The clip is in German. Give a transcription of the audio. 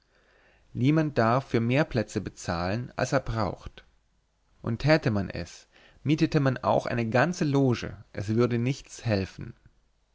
niemand darf für mehr plätze bezahlen als er braucht und täte man es mietete man auch eine ganze loge es würde nichts helfen